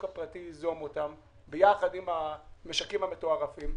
הפרטי ייזום יחד עם המשקים המתוערפים.